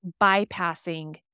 bypassing